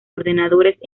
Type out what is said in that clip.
ordenadores